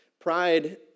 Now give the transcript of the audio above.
pride